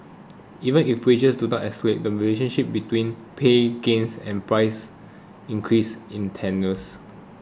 even if wages do accelerate the relationship between pay gains and price increases is tenuous